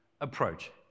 approach